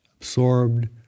absorbed